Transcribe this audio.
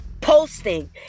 posting